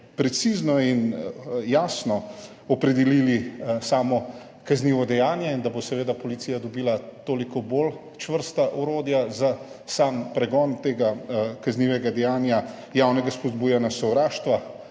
precizno in jasno opredelili samo kaznivo dejanje in da bo seveda policija dobila toliko bolj čvrsta orodja za sam pregon tega kaznivega dejanja javnega spodbujanja sovraštva,